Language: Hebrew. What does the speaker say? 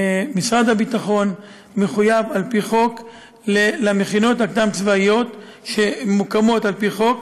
שמשרד הביטחון מחויב על-פי חוק למכינות הקדם-צבאיות שמוקמות על-פי חוק,